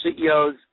CEOs